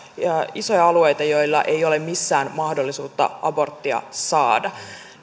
isoja alueita joilla ei ole missään mahdollisuutta aborttia saada